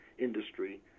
industry